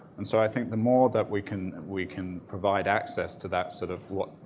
and so i think the more that we can we can provide access to that sort of what,